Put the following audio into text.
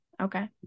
okay